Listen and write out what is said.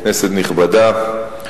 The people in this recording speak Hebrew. כנסת נכבדה,